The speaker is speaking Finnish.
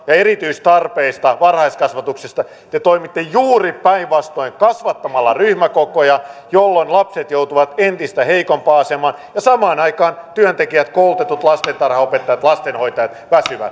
ja erityistarpeista varhaiskasvatuksessa te toimitte juuri päinvastoin kasvattamalla ryhmäkokoja jolloin lapset joutuvat entistä heikompaan asemaan ja samaan aikaan työntekijät koulutetut lastentarhanopettajat lastenhoitajat väsyvät